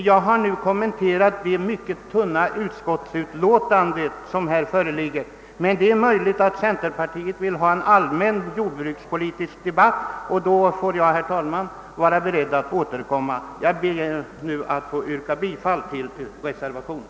Jag har nu kommenterat det mycket tunna utskottsutlåtande som föreligger. Det är möjligt att centerpartiets representanter vill ta upp en allmän jordbrukspolitisk debatt i denna fråga. — I så fall är jag, herr talman, beredd att återkomma.